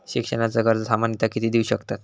शिक्षणाचा कर्ज सामन्यता किती देऊ शकतत?